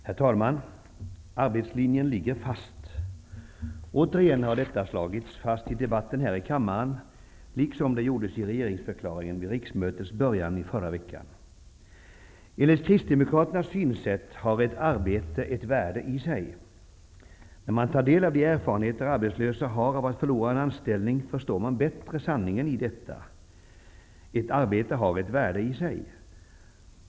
Herr talman! Arbetslinjen ligger fast. Återigen har detta slagits fast i debatten här i kammaren, liksom det gjordes i regeringsförklaringen vid riksmötets början i förra veckan. Enligt kristdemokraternas synsätt har ett arbete ett värde i sig. När man tar del av de erfarenheter arbetslösa har av att förlora en anställning, förstår man bättre sanningen i detta. Ett arbete har ett värde i sig.